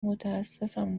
متاسفم